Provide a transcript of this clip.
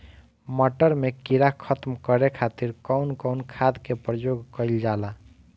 मटर में कीड़ा खत्म करे खातीर कउन कउन खाद के प्रयोग कईल जाला?